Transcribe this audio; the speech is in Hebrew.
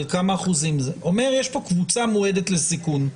אבל כמה אחוזים זה יש פה קבוצה מועדת לסיכון.